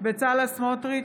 בצלאל סמוטריץ'